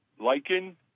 lichen